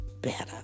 better